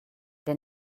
der